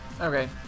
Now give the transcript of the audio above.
Okay